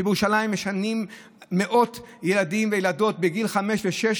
בירושלים משנעים מאות ילדים וילדות בגיל חמש ושש